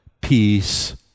peace